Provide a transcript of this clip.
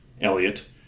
Elliot